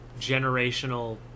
generational